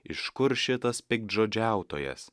iš kur šitas piktžodžiautojas